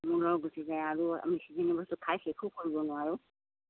মূলৰ গুচি যায় আৰু আমি সেইখিনি বস্তু খাইয়ো শেষও কৰিব নোৱাৰো